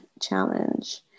challenge